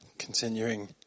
Continuing